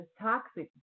toxic